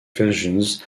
versions